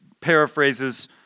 paraphrases